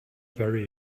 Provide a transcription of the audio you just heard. very